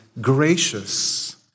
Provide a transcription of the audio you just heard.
gracious